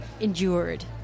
endured